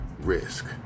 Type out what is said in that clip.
risk